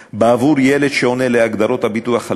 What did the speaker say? בעבור ילד שעונה להגדרות הביטוח הלאומי